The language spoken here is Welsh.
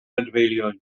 adfeilion